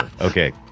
Okay